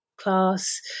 class